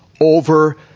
over